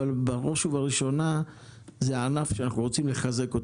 אבל בראש ובראשונה זה ענף שאנחנו רוצים לחזק.